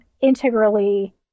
integrally